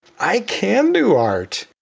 i can do art.